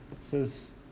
says